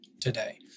today